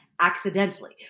accidentally